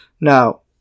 Now